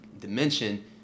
dimension